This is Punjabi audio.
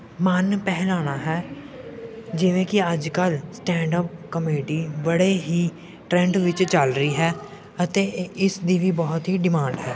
ਮਨ ਬਹਿਲਾਉਣਾ ਹੈ ਜਿਵੇਂ ਕਿ ਅੱਜ ਕੱਲ੍ਹ ਸਟੈਂਡ ਅੱਪ ਕਮੇਡੀ ਬੜੇ ਹੀ ਟਰੈਂਡ ਵਿੱਚ ਚੱਲ ਰਹੀ ਹੈ ਅਤੇ ਇਸ ਦੀ ਵੀ ਬਹੁਤ ਹੀ ਡਿਮਾਂਡ ਹੈ